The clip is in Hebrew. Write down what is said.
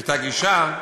ואת הגישה.